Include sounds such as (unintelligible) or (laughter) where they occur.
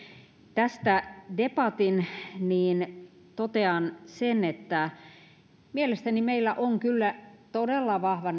tästä debatin niin totean sen että mielestäni meillä on kyllä todella vahva (unintelligible)